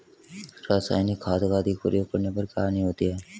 रासायनिक खाद का अधिक प्रयोग करने पर क्या हानि होती है?